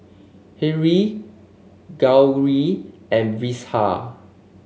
Hri Gauri and Vishal